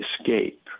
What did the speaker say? escape